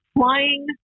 flying